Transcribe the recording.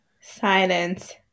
Silence